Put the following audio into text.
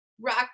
Rock